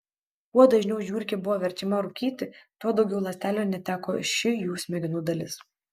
kuo dažniau žiurkė buvo verčiama rūkyti tuo daugiau ląstelių neteko ši jų smegenų dalis